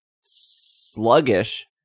sluggish